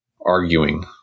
arguing